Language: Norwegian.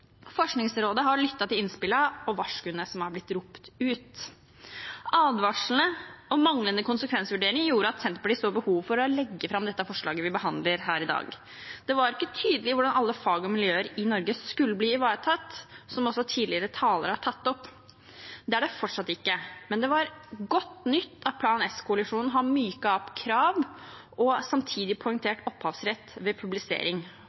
Forskningsrådet har lyttet til innspillene og varskoene som har blitt ropt ut. Advarslene og manglende konsekvensvurdering gjorde at Senterpartiet så behov for å legge fram det forslaget vi behandler her i dag. Det var ikke tydelig hvordan alle fag og miljøer i Norge skulle bli ivaretatt, noe som også tidligere talere har tatt opp. Det er det fortsatt ikke, men det var godt nytt at Plan S-koalisjonen myknet opp krav og samtidig har poengtert opphavsrett ved publisering,